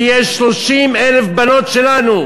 כי יש 30,000 בנות שלנו